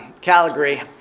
Calgary